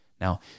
Now